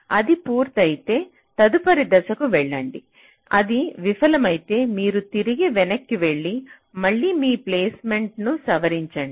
అది పూర్తయితే తదుపరి దశకు వెళ్లండి అది విఫలమైతే మీరు తిరిగి వెనక్కి వెళ్లి మళ్ళీ మీ ప్లేస్మెంట్ను సవరించండి